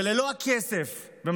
וללא הכסף של החברה בארצות הברית,